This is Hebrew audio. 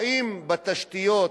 האם בתשתיות,